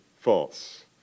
false